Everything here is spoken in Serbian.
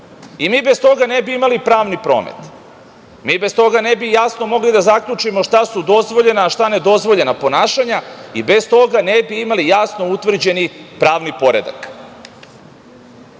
I mi bez toga ne bi imali pravni promet. Mi bez toga ne bi jasno mogli da zaključimo šta su dozvoljena, a šta nedozvoljena ponašanja i bez toga ne bi imali jasno utvrđeni pravni poredak. Ali,